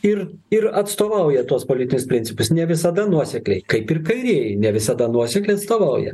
ir ir atstovauja tuos politinius principus ne visada nuosekliai kaip ir kairieji ne visada nuosekliai atstovauja